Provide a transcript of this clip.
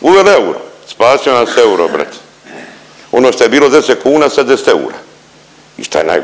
Uveli euro, spasio nas euro brate! Ono šta je bilo 10 kuna, sad je 10 eura i šta je najgore